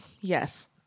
Yes